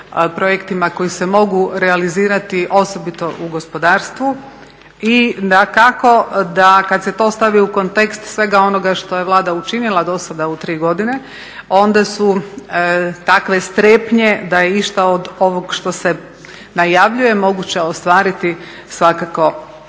projektima koji se mogu realizirati, osobito u gospodarstvu i dakako da kad se to stavi u kontekst svega onoga što je Vlada učinila do sada u 3 godine, onda su takve strepnje da je išta od ovog što se najavljuje moguće ostvariti, svakako